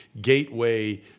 gateway